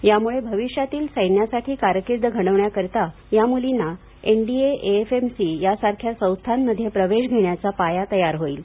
यामुळे भविष्यातील सैन्यासाठी कारकीर्द घडवण्याकरिता या मूलींना एनडीए एएफएमसी यासारख्या संस्थांमध्ये प्रवेश घेण्याचा पाया तयार होईल